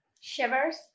shivers